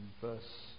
verse